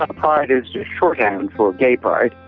ah pride is shorthand for gay pride.